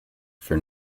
for